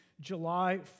July